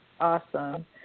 Awesome